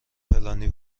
فلانی